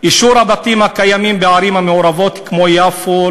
באישור הבתים הקיימים בערים המעורבות כמו יפו,